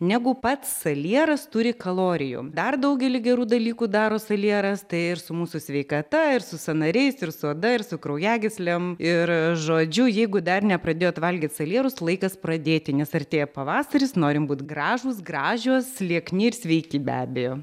negu pats salieras turi kalorijų dar daugelį gerų dalykų daro salieras tai ir su mūsų sveikata ir su sąnariais ir su oda ir su kraujagyslėm ir žodžiu jeigu dar nepradėjot valgyt salierus laikas pradėti nes artėja pavasaris norim būt gražūs gražios liekni ir sveiki be abejo